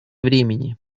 времени